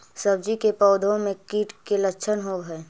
सब्जी के पौधो मे कीट के लच्छन होबहय?